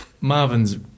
marvin's